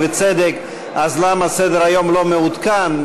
ובצדק: אז למה סדר-היום לא מעודכן?